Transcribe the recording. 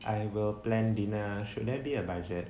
I will plan dinner should there be a budget